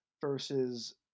Versus